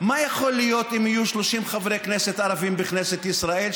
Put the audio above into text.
מה יכול להיות אם יהיו 30 חברי כנסת ערבים בכנסת ישראל,